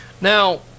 Now